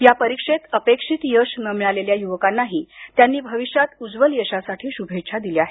या परीक्षेत अपेक्षित यश न मिळालेल्या युवकांनाही त्यांनी भविष्यात उज्ज्वल यशासाठी शुभेच्छा दिल्या आहेत